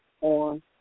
on